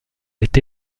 est